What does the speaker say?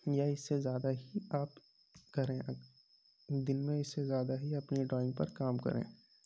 یا اِس سے زیادہ ہی آپ کریں دِن میں اِس سے زیادہ ہی اپنی ڈرائنگ پر کام کریں